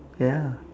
ya